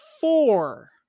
four